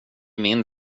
min